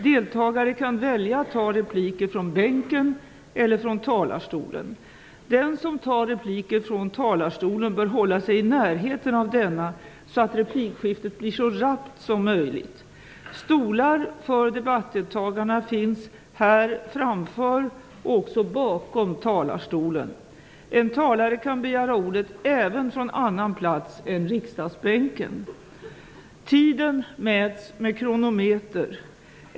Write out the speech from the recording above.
Deltagare kan välja att ta repliker från bänken eller talarstolen. Den som tar repliker från talarstolen bör hålla sig i närheten av denna så att replikskiftet blir så rappt som möjligt. Stolar för debattdeltagarna finns framför och bakom talarstolen. En talare kan begära ordet även från annan plats än riksdagsbänken. Tiderna mäts med kronometer.